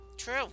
true